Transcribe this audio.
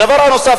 הדבר הנוסף,